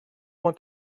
want